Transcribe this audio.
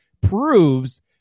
proves